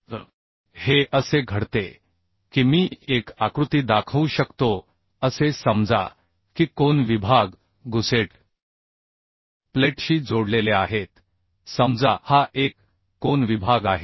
तर हे असे घडते की मी एक आकृती दाखवू शकतो असे समजा की कोन विभाग गुसेट प्लेटशी जोडलेले आहेत समजा हा एक कोन विभाग आहे